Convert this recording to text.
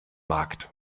markt